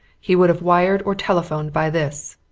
he would have wired or telephoned by this.